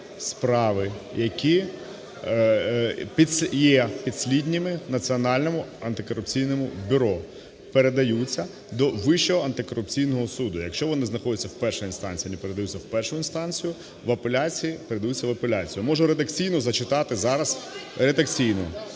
справи, які є підслідними Національному антикорупційному бюро, передаються до Вищого антикорупційного суду, якщо вони знаходяться в першій інстанції, вони передаються в першу інстанцію, в апеляції, передаються в апеляцію. Можу редакційно зачитати зараз, редакційно.